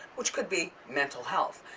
which could be mental health.